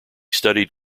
studied